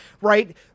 Right